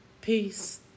Peace